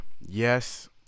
Yes